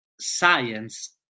science